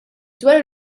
dwar